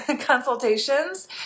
consultations